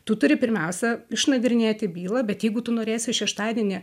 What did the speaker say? tu turi pirmiausia išnagrinėti bylą bet jeigu tu norėsi šeštadienį